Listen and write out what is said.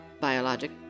biologic